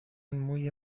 موی